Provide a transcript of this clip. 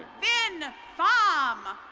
finn fam.